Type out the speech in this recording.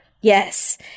Yes